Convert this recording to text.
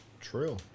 True